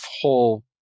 whole